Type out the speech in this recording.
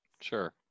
sure